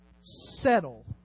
settle